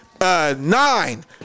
Nine